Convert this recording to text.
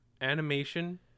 animation